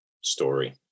story